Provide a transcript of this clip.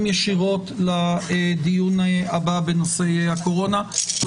הישיבה ננעלה בשעה 12:45.